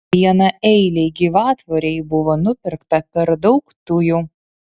vienaeilei gyvatvorei buvo nupirkta per daug tujų